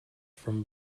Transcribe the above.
from